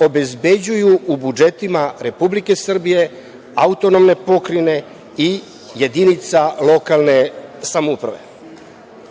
obezbeđuju u budžetima Republike Srbije, AP i jedinica lokalne samouprave. Zbog